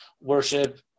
worship